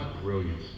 brilliant